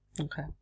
Okay